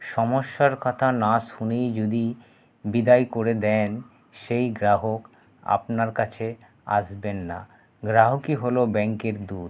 সমস্যার কথা না শুনেই যদি বিদায় করে দেন সেই গ্রাহক আপনার কাছে আসবেন না গ্রাহকই হলো ব্যাঙ্কের দূত